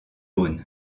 bonn